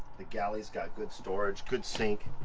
the galley's got good storage. good sink.